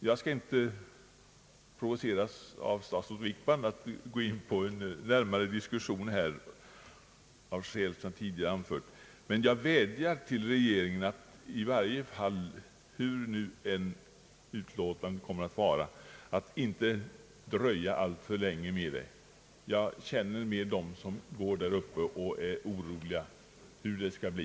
Jag skall inte låta mig provoceras av statsrådet Wickman att gå in på en närmare diskussion, av skäl som jag tidigare anfört, men jag vädjar till regeringen att i varje fall — hur än avgörandet kommer att bli — att inte dröja alltför länge med ett ställningstagande. Jag känner för dem som går där uppe och är oroliga för hur det skall bli.